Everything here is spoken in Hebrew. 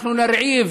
אנחנו נרעיב